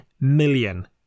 million